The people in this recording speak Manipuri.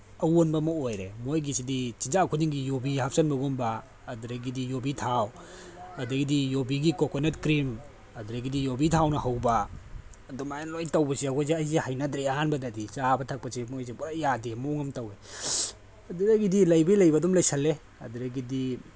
ꯑꯑꯣꯟꯕ ꯑꯃ ꯑꯣꯏꯔꯦ ꯃꯣꯏꯒꯤꯁꯤꯗꯤ ꯆꯤꯟꯖꯥꯛ ꯈꯨꯗꯤꯡꯒꯤ ꯌꯨꯕꯤ ꯍꯥꯞꯆꯤꯟꯕꯒꯨꯝꯕ ꯑꯗꯨꯗꯒꯤꯗꯤ ꯌꯨꯕꯤ ꯊꯥꯎ ꯑꯗꯨꯗꯒꯤꯗꯤ ꯌꯨꯕꯤꯒꯤ ꯀꯣꯀꯣꯅꯠ ꯀ꯭ꯔꯤꯃ ꯑꯗꯨꯗꯒꯤꯗꯤ ꯌꯨꯕꯤ ꯊꯥꯎꯅ ꯍꯧꯕ ꯑꯗꯨꯃꯥꯏꯅ ꯂꯣꯏꯅ ꯇꯧꯕꯁꯦ ꯑꯩꯈꯣꯏꯁꯦ ꯑꯩꯁꯦ ꯍꯩꯅꯗ꯭ꯔꯦ ꯑꯍꯥꯟꯕꯗꯗꯤ ꯆꯥꯕ ꯊꯛꯄꯁꯦ ꯃꯣꯏꯁꯦ ꯄꯨꯔꯥ ꯌꯥꯗꯦ ꯃꯑꯣꯡ ꯑꯃ ꯇꯧꯑꯦ ꯑꯗꯨꯗꯒꯤꯗꯤ ꯂꯩꯕꯒꯤ ꯂꯩꯕ ꯑꯗꯨꯝ ꯂꯩꯁꯟꯂꯦ ꯑꯗꯨꯗꯒꯤꯗꯤ